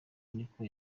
niko